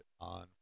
on